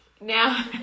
Now